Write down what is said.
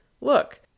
Look